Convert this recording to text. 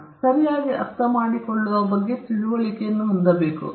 ನಾವು ಸರಿಯಾಗಿ ಅರ್ಥಮಾಡಿಕೊಳ್ಳುವ ಬಗ್ಗೆ ಸ್ವಲ್ಪ ತಿಳುವಳಿಕೆಯನ್ನು ಹೊಂದಿದ್ದೇವೆ